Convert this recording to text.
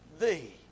thee